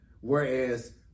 Whereas